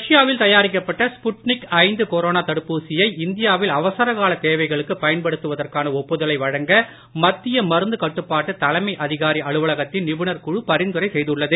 ரஷ்யாவில் தயாரிக்கப்பட்ட ஸ்புட்னிக் தடுப்பூசியை இந்தியாவில் தேவைகளுக்கு பயன்படுத்துவதற்கான ஒப்புதலை வழங்க மத்திய மருந்து கட்டுப்பாட்டு தலைமை அதிகாரி அலுவலகத்தின் நிபுணர் குழு பரிந்துரை செய்துள்ளது